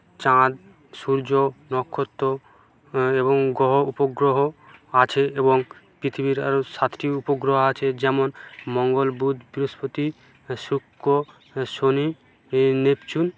চাঁদ সূর্য নক্ষত্র এবং গ্রহ উপগ্রহ আছে এবং পৃথিবীর আরও সাতটি উপগ্রহ আছে যেমন মঙ্গল বুধ বৃহস্পতি শুক্র শনি নেপচুন